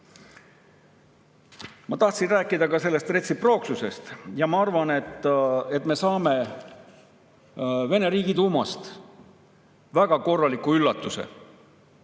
Ma tahan rääkida ka sellest retsiprooksusest. Ma arvan, et me saame Venemaa Riigiduumalt väga korraliku üllatuse.